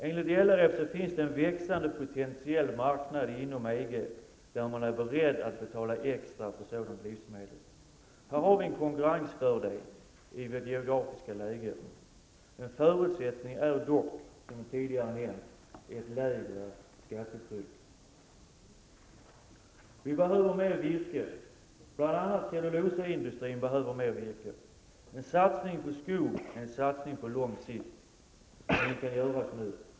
Enligt LRF finns det en växande potentiell marknad inom EG där man är beredd att betala extra för sådana livsmedel. Här har vi en konkurrensfördel i vårt geografiska läge. En förutsättning är dock, som tidigare nämnts, ett lägre skattetryck. Vi behöver mer virke. Det är bl.a. cellulosaindustrin som behöver detta. En satsning på skog är en satsning på lång sikt, och den kan göras nu.